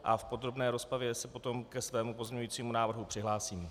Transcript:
V podrobné rozpravě se potom ke svému pozměňovacímu návrhu přihlásím.